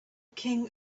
king